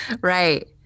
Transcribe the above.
Right